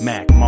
Mac